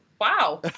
wow